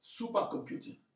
supercomputing